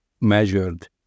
measured